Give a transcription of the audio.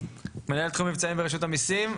מנהל תחום מבצעים ברשות המיסים,